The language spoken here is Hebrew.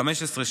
16-15,